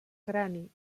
crani